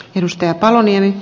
arvoisa puhemies